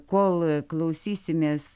kol klausysimės